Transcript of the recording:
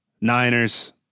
Niners